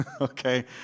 Okay